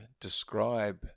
describe